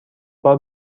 بار